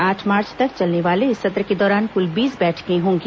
आठ मार्च तक चलने वाले इस सत्र के दौरान कुल बीस बैठकें होंगी